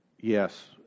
Yes